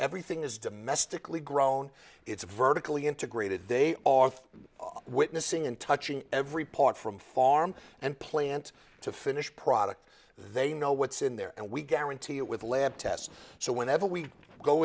everything is domestically grown it's vertically integrated they are witnessing and touching every part from farm and plant to finished product they know what's in there and we guarantee it with a lab test so whenever we go